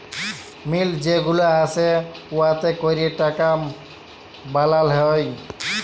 মিল্ট যে গুলা আসে উয়াতে ক্যরে টাকা বালাল হ্যয়